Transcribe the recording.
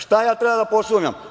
Šta ja treba da posumnjam?